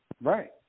Right